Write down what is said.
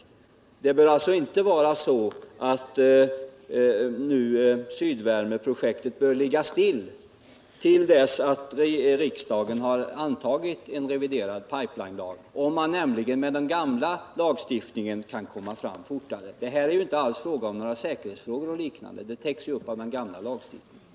Sydvärmeprojektet får alltså inte ligga still till dess riksdagen har antagit en reviderad pipelinelag, om man nämligen med den gamla lagstiftningen kan komma fram fortare. Det är ju här inte alls fråga om några säkerhetsproblem och liknande, de täcks ju upp av den gamla lagstiftningen.